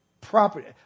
property